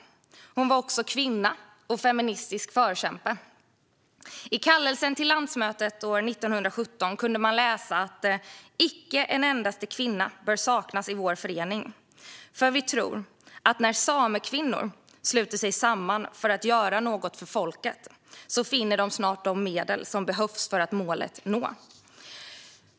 Hon var också kvinna och feministisk förkämpe. I kallelsen till landsmötet år 1917 kunde man läsa att "icke en endaste kvinna bör saknas i vår förening, för vi tror att när samekvinnor sluter sig samman för att göra något för folket så finner de snart de medel som behövs för att målet nå".